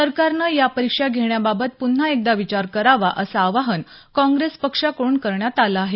सरकारनं या परीक्षा घेण्याबाबत पुन्हा एकदा विचार करावा असं आवाहन काँग्रेस पक्षाकडून करण्यात आलं आहे